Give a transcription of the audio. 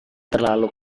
terlalu